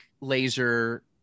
laser